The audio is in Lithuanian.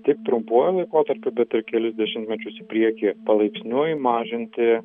tik trumpuoju laikotarpiu bet ir kelis dešimtmečius į priekį palaipsniui mažinti